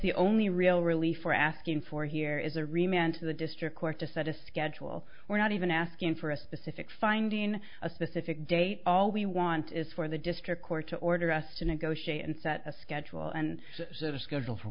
the only real relief or asking for here is a remand to the district court to set a schedule we're not even asking for a specific finding a specific date all we want is for the district court to order us to negotiate and set a schedule and have a schedule for